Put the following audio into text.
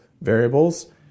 variables